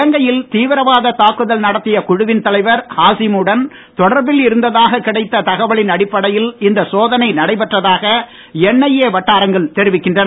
இலங்கையில் தீவிரவாத தாக்குதல் நடத்திய குழுவின் தலைவர் ஹாசிமுடன் தொடர்பில் இருந்த்தாக கிடைத்த தகவலின் அடிப்படையில் இந்த சோதனை நடைபெற்றதாக என்ஐஏ வட்டாரங்கள் தெரிவிக்கின்றன